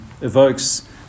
evokes